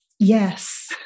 Yes